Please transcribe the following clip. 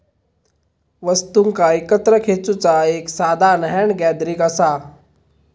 वस्तुंका एकत्र खेचुचा एक साधान हॅन्ड गॅदरिंग असा